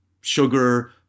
sugar